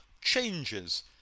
changes